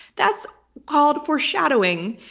that's called foreshadowing.